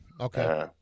okay